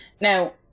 Now